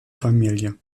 familie